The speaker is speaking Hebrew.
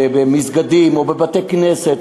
במסגדים או בבתי-כנסת,